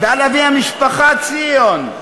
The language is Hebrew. ועל אבי המשפחה ציון,